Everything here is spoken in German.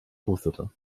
hustete